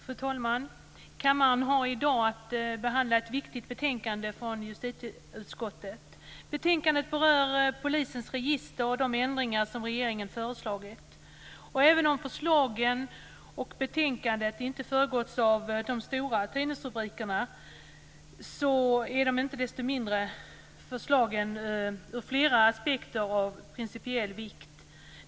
Fru talman! Kammaren har i dag att behandla ett viktigt betänkande från justitieutskottet. Betänkandet berör polisens register och de ändringar som regeringen föreslagit. Även om förslagen och betänkandet inte föregåtts av de stora tidningsrubrikerna, är de inte desto mindre av principiell vikt ur flera aspekter.